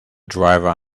driver